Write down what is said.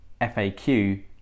FAQ